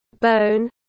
bone